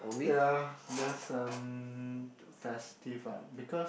ya that's um festive lah because